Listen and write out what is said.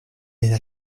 desde